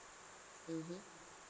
mmhmm